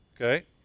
okay